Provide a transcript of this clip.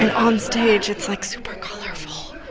and onstage, it's like super colorful.